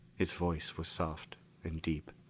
his voice was soft and deep.